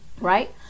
right